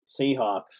Seahawks